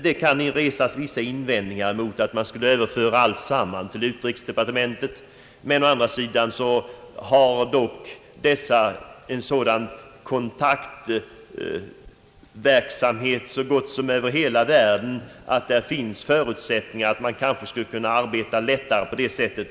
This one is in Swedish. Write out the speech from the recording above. Det kan resas vis sa invändningar mot att man skulle överföra alltsammans till utrikesdepartementet, men å andra sidan har detta en sådan kontaktverksamhet över så gott som hela världen, att det finns förutsättningar för att man kanske skulle kunna arbeta lättare på det sättet.